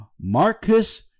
Marcus